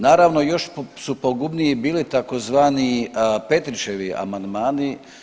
Naravno još su pogubniji bili tzv. Petrićevi amandmani.